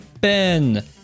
Ben